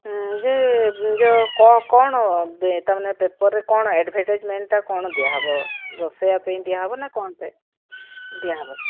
ହୁଁ ଯେ କ'ଣ ତାମାନେ ପେପରରେ କ'ଣ ଆଡଭର୍ଟାଇଜମେଣ୍ଟଟା କ'ଣ ଦିଆହେବ ରୋଷେଇଆ ପାଇଁ ଦିଆହେବ ନା କ'ଣ ପାଇଁ ଦିଆହେବ